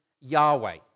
Yahweh